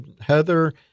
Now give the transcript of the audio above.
Heather